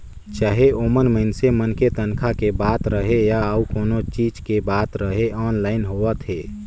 चाहे ओमन मइनसे मन के तनखा के बात रहें या अउ कोनो चीच के बात रहे आनलाईन होवत हे